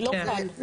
לא כאן.